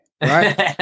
right